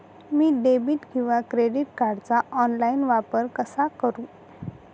मी debit किंवा credit कार्डचा online वापर कसा करु?